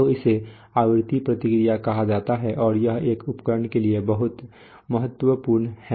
तो इसे आवृत्ति प्रतिक्रिया कहा जाता है और यह एक उपकरण के लिए बहुत महत्वपूर्ण है